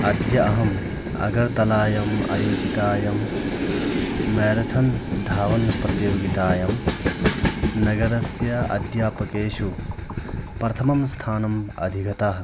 अद्य अहम् अगर्तलायम् अयोजितायं मेरथन् धावनप्रतियोगितायं नगरस्य अध्यापकेषु प्रथमं स्थानम् अधिगतः